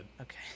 okay